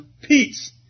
Peace